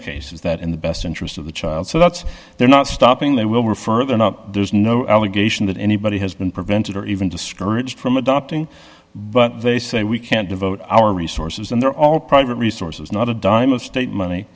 case is that in the best interest of the child so that's they're not stopping they will further not there's no allegation that anybody has been prevented or even discouraged from adopting but they say we can't devote our resources and they're all private resources not a dime of state money